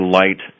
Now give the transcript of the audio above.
light